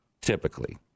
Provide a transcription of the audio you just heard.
typically